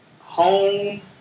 home